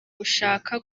gushaka